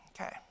Okay